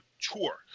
tour